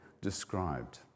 described